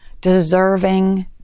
deserving